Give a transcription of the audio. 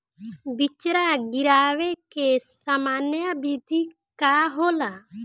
बिचड़ा गिरावे के सामान्य विधि का होला?